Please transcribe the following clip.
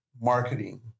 marketing